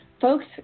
Folks